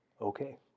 Okay